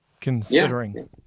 considering